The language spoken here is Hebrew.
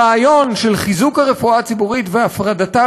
הרעיון של חיזוק הרפואה הציבורית והפרדתה